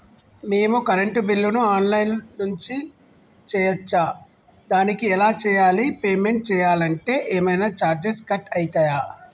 మేము కరెంటు బిల్లును online నుంచి చేయచ్చా? దానికి ఎలా చేయాలి? పేమెంట్ చేయాలంటే ఏమైనా చార్జెస్ కట్ అయితయా?